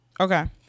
Okay